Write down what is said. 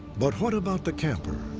but what about the camper,